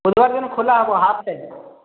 ବୁଧୁବାର ଦିନ ଖୋଲା ହେବ ହାଫ ଟାଇମ